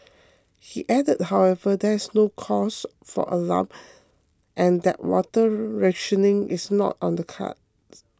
he added however that there is no cause for alarm and that water rationing is not on the cards